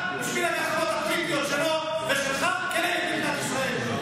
רק בשביל הדעות הפוליטיות שלו ושלך כנגד מדינת ישראל.